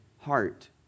heart